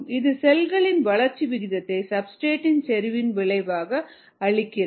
இது செல்களின் வளர்ச்சி விகிதத்தில் சப்ஸ்டிரேட் இன் செறிவின் விளைவை அளிக்கிறது